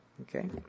okay